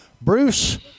Bruce